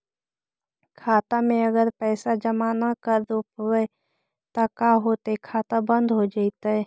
खाता मे अगर पैसा जमा न कर रोपबै त का होतै खाता बन्द हो जैतै?